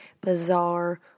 bizarre